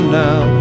now